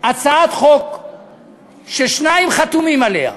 הצעת חוק ששניים חתומים עליה,